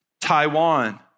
Taiwan